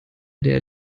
der